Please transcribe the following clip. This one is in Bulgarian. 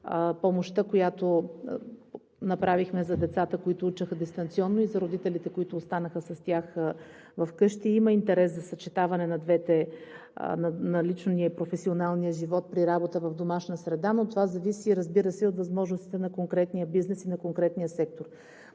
помощта, която направихме за децата, които учеха дистанционно, и за родителите, които останаха с тях вкъщи. Има интерес за съчетаване на двете – на личния, и на професионалния живот при работа в домашна среда, но това зависи, разбира се, от възможностите на конкретния бизнес и на конкретния сектор.